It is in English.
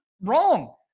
wrong